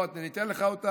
אם לא, אני אתן לך אותה.